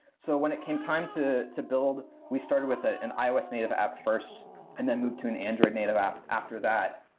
so, when it came time to to build, we started with an ios native app first and then moved to an android native app after that.